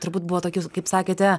turbūt buvo tokių kaip sakėte